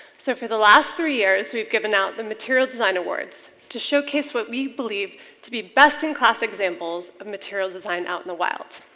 so for the last three years we've given out the material design awards to showcase what we believe to be best-in-class examples of material design out in the wild.